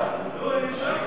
אני שואל.